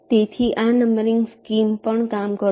તેથી આ numbering scheme પણ કામ કરશે